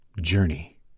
Journey